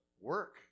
work